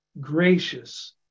gracious